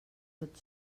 tot